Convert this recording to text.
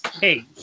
Hey